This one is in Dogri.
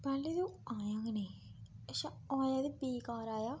पैह्ले ते ओह् आया गै नी अच्छा आया ते बेकार आया